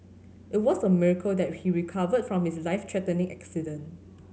it was a miracle that he recovered from his life threatening accident